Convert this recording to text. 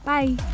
Bye